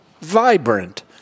vibrant